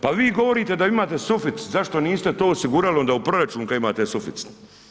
Pa vi govorite da imate suficit, zašto niste to osigurali onda u proračunu kad imate suficit?